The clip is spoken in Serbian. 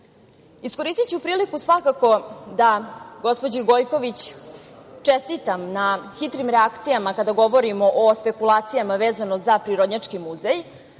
Balkanu. Iskoristiću priliku svakako da gospođi Gojković čestitam na hitrim reakcijama kada govorimo o spekulacijama vezanim za Prirodnjački muzej,